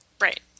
Right